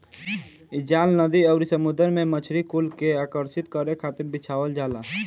इ जाल नदी अउरी समुंदर में मछरी कुल के आकर्षित करे खातिर बिछावल जाला